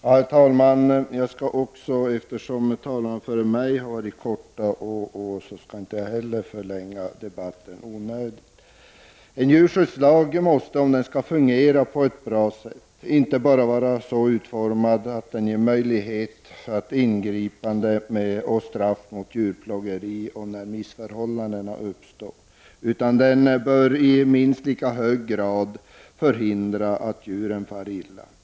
Herr talman! Jag skall i likhet med föregående talare fatta mig kort och inte förlänga debatten i onödan. Om en djurskyddslag skall fungera på ett bra sätt måste den vara så utformad att den inte bara ger möjligheter att ingripa mot djurplågeri och olika missförhållanden. Den bör i lika hög grad kunna förhindra att djur far illa.